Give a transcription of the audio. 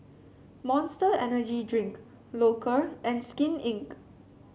Monster Energy Drink Loacker and Skin Inc